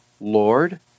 Lord